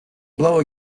blow